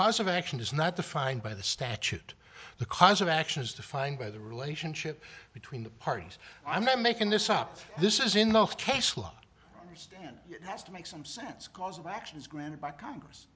cause of action is not defined by the statute the cause of action is defined by the relationship between the parties i'm not making this up this is in the case law stand has to make some sense cause of action is granted by congress